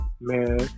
man